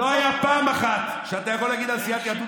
לא הייתה פעם אחת שאתה יכול להגיד על סיעת יהדות